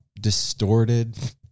distorted